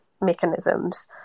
mechanisms